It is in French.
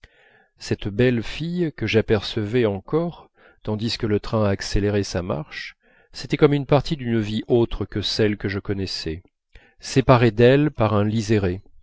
cette belle fille que j'apercevais encore tandis que le train accélérait sa marche c'était comme une partie d'une vie autre que celle que je connaissais séparée d'elle par un liséré